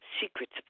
secrets